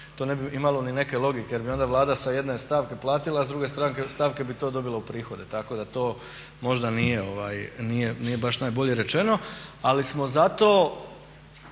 to ne bi imalo ni neke logike jer bi onda Vlada sa jedne stavke platila, a s druge stavke bi to dobila u prihode. Tako da to možda nije baš najbolje rečeno. Ali smo zato